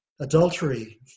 Adultery